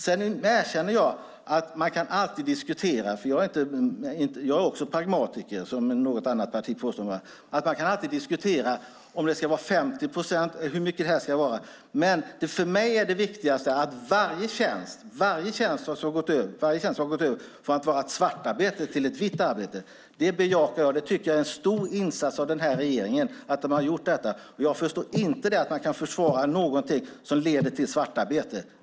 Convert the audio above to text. Sedan erkänner jag att man alltid kan diskutera - jag är också pragmatiker - om detta avdrag ska vara 50 procent. Men för mig är det viktigaste varje tjänst som har gått från att vara svart arbete till att vara vitt arbete. Det bejakar jag. Jag tycker att det är en stor insats som denna regering har gjort. Jag förstår inte att man kan försvara någonting som leder till svartarbete.